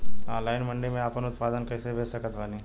Online मंडी मे आपन उत्पादन कैसे बेच सकत बानी?